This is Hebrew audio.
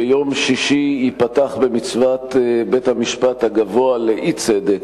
ביום שישי ייפתח במצוות בית-המשפט הגבוה לאי-צדק,